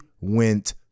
went